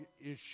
issue